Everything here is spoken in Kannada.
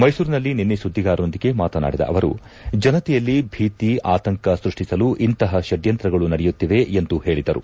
ಮೈಸೂರಿನಲ್ಲಿ ನಿನ್ನೆ ಸುದ್ದಿಗಾರರೊಂದಿಗೆ ಮಾತನಾಡಿದ ಅವರು ಜನತೆಯಲ್ಲಿ ಭೀತಿ ಆತಂಕ ಸೃಷ್ಟಿಸಲು ಇಂತಹ ಪಡ್ಣಂತ್ರಗಳು ನಡೆಯುತ್ತಿವೆ ಎಂದು ಹೇಳಿದರು